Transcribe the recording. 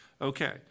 Okay